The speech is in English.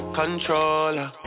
controller